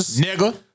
Nigga